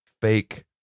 fake